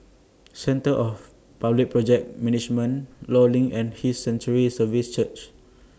Centre of Public Project Management law LINK and His Sanctuary Services Church